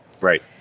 Right